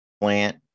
plant